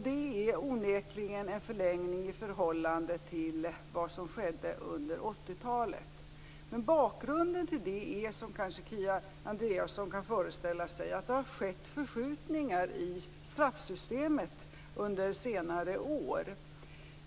Det är onekligen en förlängning i förhållande till vad som skedde under 1980-talet. Bakgrunden till det är, som Kia Andreasson kanske kan föreställa sig, att det har skett förskjutningar i straffsystemet under senare år.